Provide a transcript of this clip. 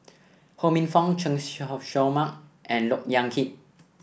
Ho Minfong Chen Show Mao and Look Yan Kit